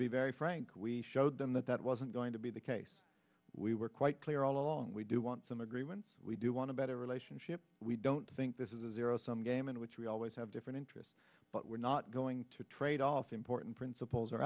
be very frank we showed them that that wasn't going to be the case we were quite clear all along we do want some agreements we do want to better relationship we don't think this is a zero sum game in which we always have different interests but we're not going to trade off important principles or